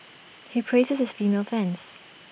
he praises his female fans